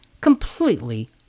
completely